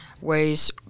ways